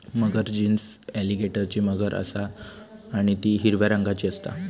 मगर genus एलीगेटरची मगर असा आणि ती हिरव्या रंगाची असता